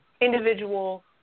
individual